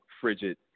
frigid